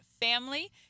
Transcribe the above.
family